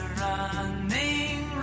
running